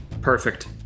Perfect